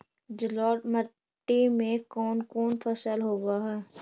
जलोढ़ मट्टी में कोन कोन फसल होब है?